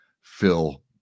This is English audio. fill